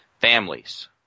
families